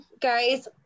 guys